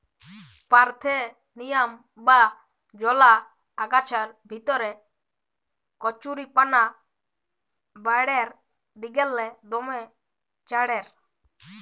parthenium বা জলা আগাছার ভিতরে কচুরিপানা বাঢ়্যের দিগেল্লে দমে চাঁড়ের